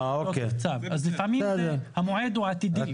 אז לפעמים המועד הוא עתידי.